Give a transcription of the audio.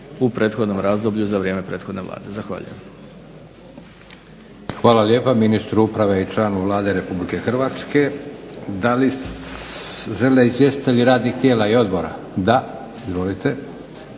u prethodnom razdoblju za vrijeme prethodne Vlade. Zahvaljujem. **Leko, Josip (SDP)** Hvala lijepa ministru uprave i članu Vlade Republike Hrvatske. DA li žele izvjestitelji radnih tijela i odbora? Da. Izvolite,